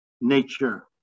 nature